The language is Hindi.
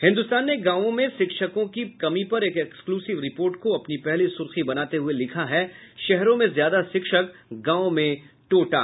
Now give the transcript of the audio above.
हिन्दुस्तान ने गांवों में शिक्षकों की कमी पर एक एक्सक्लूसिव रिपोर्ट को अपनी पहली सुर्खी बनाते हुए लिखा है शहरों में ज्यादा शिक्षक गांवों में टोटा